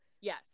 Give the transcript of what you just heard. Yes